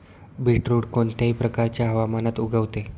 beetroot कोणत्याही प्रकारच्या हवामानात उगवते